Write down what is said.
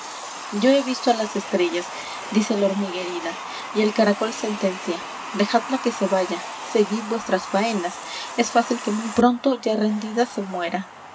yo he visto a las estrellas dice la hormiga herida y el caracol sentencia dejadla que se vaya seguid vuestras faenas es fácil que muy pronto ya rendida se muera